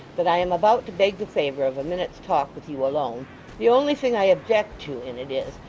that i am about to beg the favour of a minute's talk with you alone the only thing i object to in it, is,